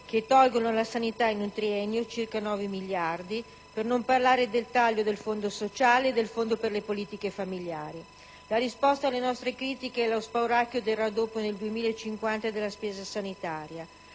che tolgono alla sanità in un triennio circa 9 miliardi di euro, per non parlare del taglio del fondo sociale e del fondo per le politiche familiari. La risposta alle nostre critiche è lo spauracchio del raddoppio nell'anno 2050 della spesa sanitaria;